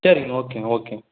சரிங்க ஓகேங்க ஓகேங்க